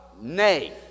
nay